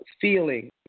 feeling